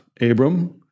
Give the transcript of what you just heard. Abram